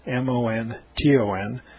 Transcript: M-O-N-T-O-N